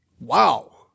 wow